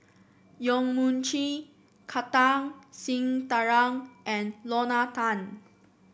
Yong Mun Chee Kartar Singh Thakral and Lorna Tan